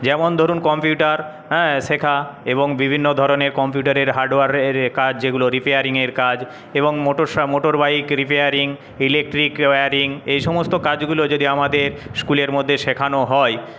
যেমন ধরুন কম্পিউটার হ্যাঁ শেখা এবং বিভিন্ন ধরনের কম্পিউটারের হার্ডওয়ারের কাজ যেগুলো রিপেয়ারিংয়ের কাজ এবং motor motorbike repairing electric wiring এইসমস্ত কাজগুলো যদি আমাদের স্কুলের মধ্যে শেখানো হয়